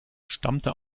stammte